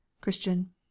christian